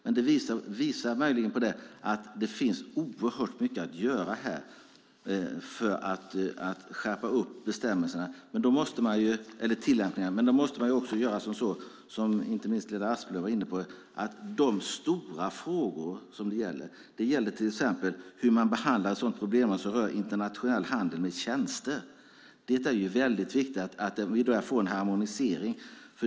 Men det visar möjligen att det finns oerhört mycket att göra för att skärpa tillämpningarna. Men då måste man göra det som inte minst Lena Asplund var inne på när det gäller dessa stora frågor, till exempel hur man behandlar ett problemområde som rör internationell handel med tjänster. Det är viktigt att vi får en harmonisering.